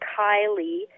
Kylie